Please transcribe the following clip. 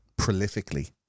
prolifically